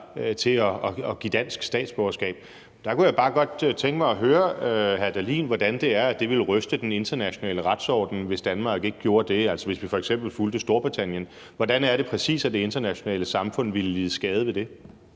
til at give dansk statsborgerskab. Der kunne jeg bare godt tænke mig at høre hr. Morten Dahlin om, hvordan det er, at det ville ryste den internationale retsorden, hvis Danmark ikke gjorde det, altså hvis vi f.eks. fulgte Storbritannien. Hvordan er det præcis, at det internationale samfund ville lide skade ved det?